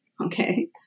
okay